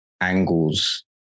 angles